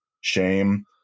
Shame